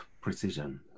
precision